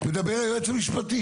6 נמנעים 1 לא אושר.